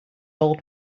old